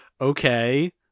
okay